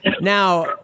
now